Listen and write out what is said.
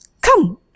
come